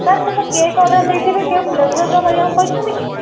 sir ସେ ତ cake order ଦେଇଥିବେ କେଉଁ ଫ୍ଲେଭର୍ର କରିବାକୁ କହିଛନ୍ତି କି